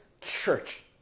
church